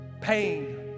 pain